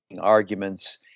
arguments